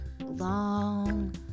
long